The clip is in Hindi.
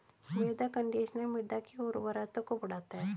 मृदा कंडीशनर मृदा की उर्वरता को बढ़ाता है